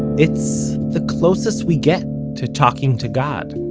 it's the closest we get to talking to god